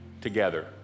together